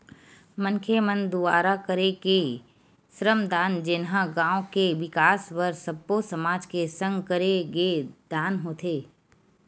मनखे मन दुवारा करे गे श्रम दान जेनहा गाँव के बिकास बर सब्बो समाज के संग करे गे दान होथे